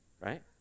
Right